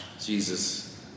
Jesus